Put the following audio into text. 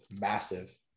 massive